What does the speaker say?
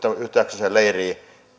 yhtäjaksoiseen leiriin